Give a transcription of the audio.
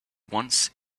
once